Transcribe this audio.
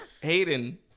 Hayden